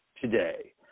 today